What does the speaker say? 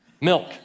milk